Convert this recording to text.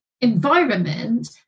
environment